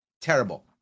Terrible